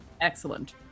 excellent